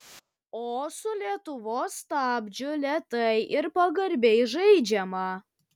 o su lietuvos stabdžiu lėtai ir pagarbiai žaidžiama